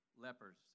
Lepers